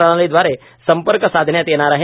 प्रणालीद्वारे संपर्क साधण्यात येणार आहे